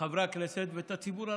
את חברי הכנסת ואת הציבור הרחב.